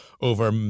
over